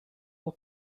all